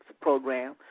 program